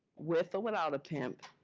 with or without a pimp,